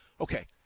Okay